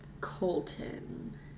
Colton